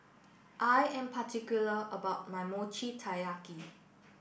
I am particular about my Mochi Taiyaki